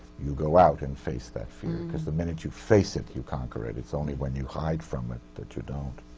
you go out and face that fear. because the minute you face it, you conquer it. it's only when you hide from it that you don't.